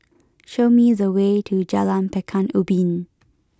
show me the way to Jalan Pekan Ubin